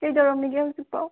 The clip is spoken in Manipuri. ꯀꯩꯗꯧꯔꯝꯃꯤꯒꯦ ꯍꯧꯖꯤꯛꯄꯣ